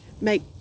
make